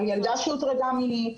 על ילדה שהוטרדה מינית,